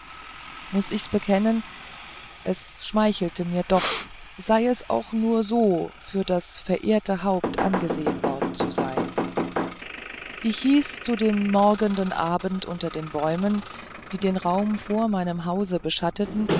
muß ich's bekennen es schmeichelte mir doch sei es auch nur so für das verehrte haupt angesehen worden zu sein ich hieß zu dem morgenden abend unter den bäumen die den raum vor meinem hause beschatteten